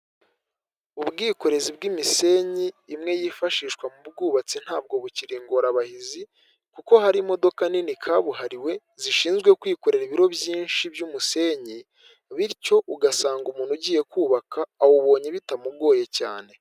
Ubwikorezi bw'imisenyi imwe yifashishwa mu bwubatsi ntabwo bukiri ingorabahizi kuko hari imodoka nini kabuhariwe zishinzwe kwikorera ibiro byinshi by'umusenyi bityo ugasanga umuntu ugiye kubaka awubonye bitamugoye cyane.